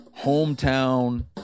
hometown